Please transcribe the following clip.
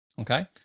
Okay